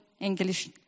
English